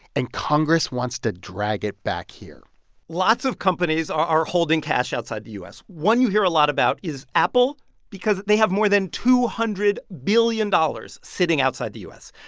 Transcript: and congress wants to drag it back here lots of companies are holding cash outside the u s. one you hear a lot about is apple because they have more than two hundred billion dollars sitting outside the u s.